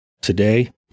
Today